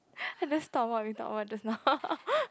I just thought what we talked about just now